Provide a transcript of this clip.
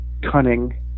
cunning